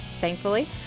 thankfully